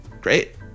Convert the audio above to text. great